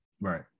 right